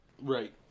Right